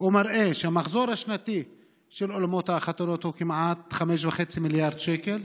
ומראה שהמחזור השנתי של אולמות החתונות הוא כמעט 5.5 מיליארד שקל.